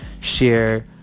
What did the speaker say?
share